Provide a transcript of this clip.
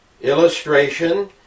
illustration